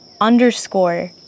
underscore